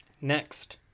Next